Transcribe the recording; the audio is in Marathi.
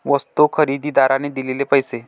वस्तू खरेदीदाराने दिलेले पैसे